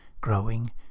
growing